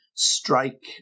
strike